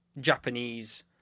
Japanese